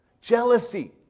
Jealousy